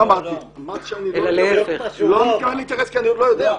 אמרתי שאני עוד לא יודע.